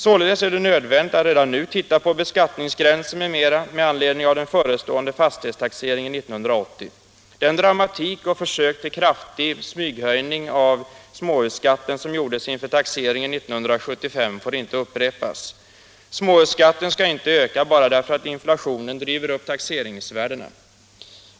Således är det nödvändigt att redan nu se på beskattningsgränser m.m. med anledning av den förestående fastighetstaxeringen 1980. Det dramatiska försök till kraftig smyghöjning av småhusskatten som gjordes inför taxeringen 1975 får inte upprepas. Småhusskatten skall inte öka bara därför att inflationen driver upp taxeringsvärdena.